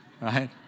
right